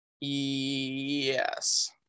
Yes